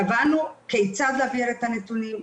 קבענו כיצד להעביר את הנתונים,